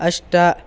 अष्ट